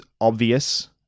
obvious